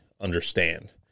understand